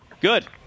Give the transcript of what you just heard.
Good